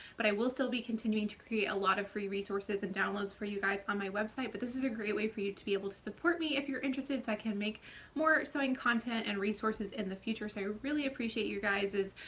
but i will still be continuing to create a lot free resources and downloads for you guys on my website, but this is a great way for you to be able to support me if you're interested, so i can make more sewing content and resources in the future. so i really appreciate you guys's,